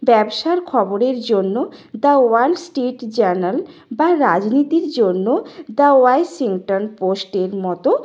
ব্যবসার খবরের জন্য দ্য ওয়াল স্ট্রিট জার্নাল বা রাজনীতির জন্য দ্য ওয়াইজ ইন্টার্ন পোস্টের মতো